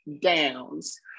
downs